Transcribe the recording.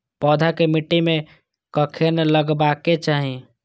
पौधा के मिट्टी में कखेन लगबाके चाहि?